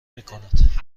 میکند